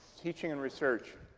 teaching and research